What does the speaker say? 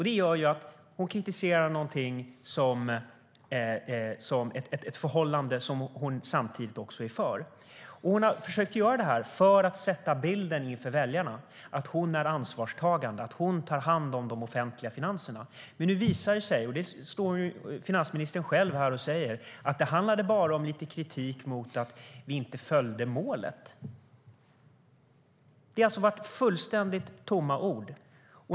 Det gör att hon kritiserar ett förhållande som hon samtidigt är för. Hon har försökt göra det här för att skapa bilden inför väljarna att hon är ansvarstagande, att hon tar hand om de offentliga finanserna. Men nu visar det ju sig - det står finansministern själv här och säger - att det bara handlade om lite kritik mot att vi inte följde målet. Det har alltså varit fullständigt tomma ord.